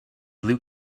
blue